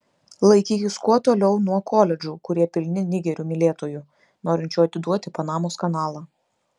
laikykis kuo toliau nuo koledžų kurie pilni nigerių mylėtojų norinčių atiduoti panamos kanalą